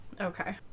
Okay